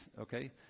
okay